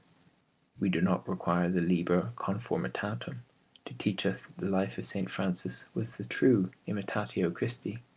we do not require the liber conformitatum to teach us that the life of st. francis was the true imitatio christi,